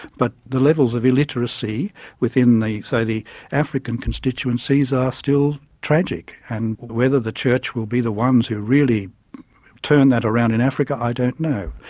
but the levels of illiteracy within the, the, say the african constituencies, are still tragic. and whether the church will be the ones who really turn that around in africa, i don't know.